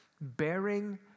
bearing